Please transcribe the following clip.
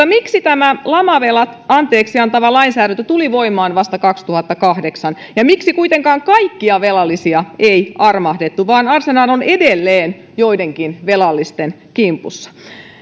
miksi tämä lamavelat anteeksi antava lainsäädäntö tuli voimaan vasta kaksituhattakahdeksan ja miksi kuitenkaan kaikkia velallisia ei armahdettu vaan arsenal on edelleen joidenkin velallisten kimpussa